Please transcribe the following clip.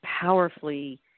powerfully